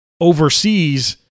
overseas